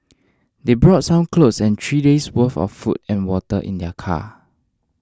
they brought some clothes and three days' worth of food and water in their car